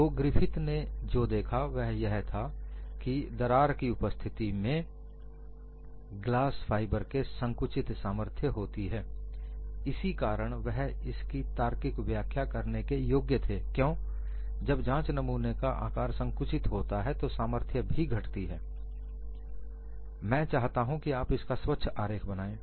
तो ग्रिफिथ ने जो देखा वह यह था की दरार की उपस्थिति में ग्लास फाइबर के संकुचित सामर्थ्य होती है इसी कारण वह इसकी तार्किक व्याख्या देने के योग्य थे क्यों जब जांच नमूने का आकार संकुचित होता है तो सामर्थ्य भी घटती है मैं चाहता कि आप इसका स्वच्छ आरेख बनाएं